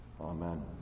Amen